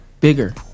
bigger